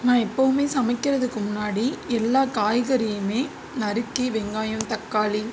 நான் எப்பவுமே சமைக்கிறதுக்கு முன்னாடி எல்லா காய்கறியுமே நறுக்கி வெங்காயம் தக்காளி